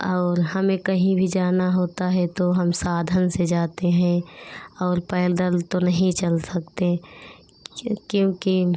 और हमें कहीं भी जाना होता है तो हम साधन से जाते हैं और पैदल तो नहीं चल सकते क्योंकि